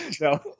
no